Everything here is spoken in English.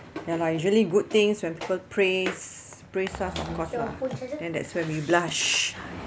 ya lah usually good things when people praise praise stuff of course lah then that's when we blush